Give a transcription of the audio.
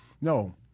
no